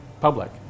public